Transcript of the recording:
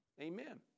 Amen